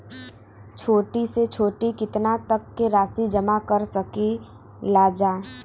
छोटी से छोटी कितना तक के राशि जमा कर सकीलाजा?